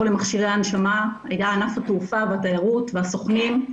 למכשירי הנשמה בענף התעופה והתיירות והסוכנים.